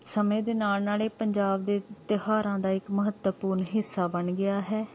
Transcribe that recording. ਸਮੇਂ ਦੇ ਨਾਲ ਨਾਲ ਇਹ ਪੰਜਾਬ ਦੇ ਤਿਉਹਾਰਾਂ ਦਾ ਇੱਕ ਮਹੱਤਵਪੂਰਨ ਹਿੱਸਾ ਬਣ ਗਿਆ ਹੈ